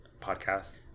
podcast